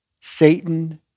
Satan